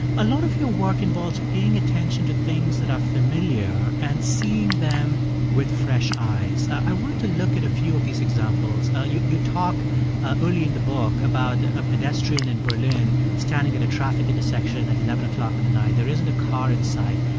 a lot of your work involves paying attention to things that are familiar and seeing them with fresh eyes. i want to look at a few of these examples. ah you you talk early in the book about a a pedestrian in berlin standing at a traffic intersection at eleven o'clock in the night. there isn't a car in sight.